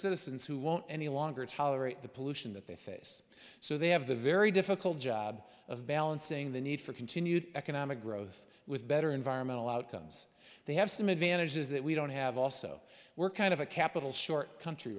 citizens who won't any longer tolerate the pollution that they face so they have the very difficult job of balancing the need for continued economic growth with better environmental outcomes they have some advantages that we don't have also we're kind of a capital short country